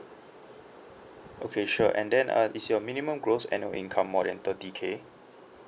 okay sure and then uh is your minimum gross annual income more than thirty K